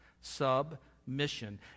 submission